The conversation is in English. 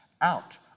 out